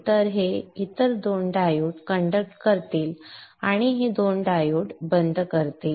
तर हे इतर 2 डायोड कंडक्ट करतील आणि हे 2 डायोड बंद करतील